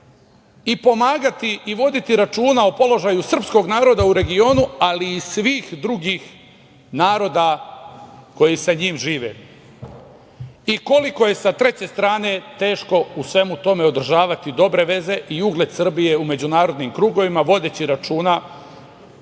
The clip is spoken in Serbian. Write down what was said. i pomagati i voditi računa o položaju srpskog naroda u regionu, ali i svih drugih naroda koji sa njim žive? Koliko je sa treće strane teško u svemu tome održavati dobre veze i ugled Srbije u međunarodnim krugovima vodeći računa